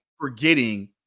forgetting